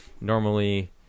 normally